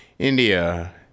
India